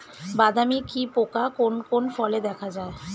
বাদামি কি পোকা কোন কোন ফলে দেখা যায়?